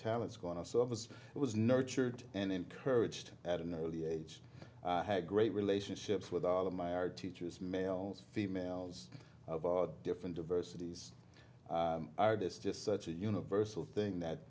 talents going to services it was nurtured and encouraged at an early age had a great relationships with all of my art teachers males females of different diversity's artists just such a universal thing that